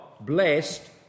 blessed